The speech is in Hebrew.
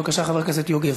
בבקשה, חבר הכנסת יוגב.